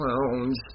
clowns